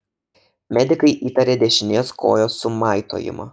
medikai įtarė dešinės kojos sumaitojimą